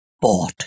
Bought